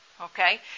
Okay